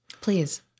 Please